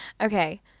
Okay